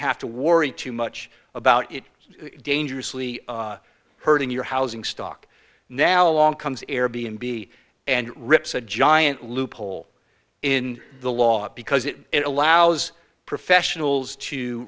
have to worry too much about it dangerously hurting your housing stock now along comes error be and be and rips a giant loophole in the law because it allows professionals to